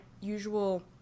usual